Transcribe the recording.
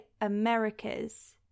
Americas